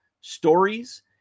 stories